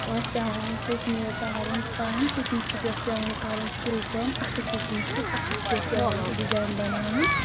اوس پیٚوان سٕژنہِ تارُن پَن سٕژنہِ سۭتۍ اوس پیٚوان کَرٕنۍ تِلہٕ کٲم اَتھَہٕ سٕژنہِ سۭتۍ اَتھَہٕ ستۍ اوس پیٚوان ڈِزایِن بَناوُن